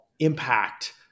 impact